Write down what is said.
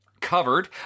Covered